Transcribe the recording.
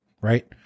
Right